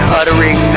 uttering